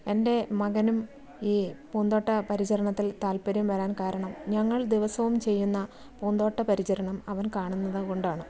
എൻ്റെ മകനും ഈ പൂന്തോട്ട പരിചരണത്തിൽ താല്പര്യം വരാൻ കാരണം ഞങ്ങൾ ദിവസവും ചെയ്യുന്ന പൂന്തോട്ട പരിചരണം അവൻ കാണുന്നത് കൊണ്ടാണ്